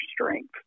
strength